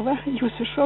va jūsų šuo